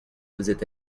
faisait